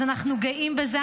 אז אנחנו גאים בזה.